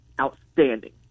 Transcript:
outstanding